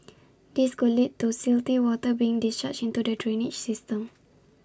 this could lead to silty water being discharged into the drainage system